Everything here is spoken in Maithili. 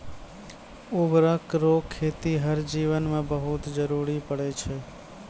उर्वरक रो खेतीहर जीवन मे बहुत जरुरी पड़ै छै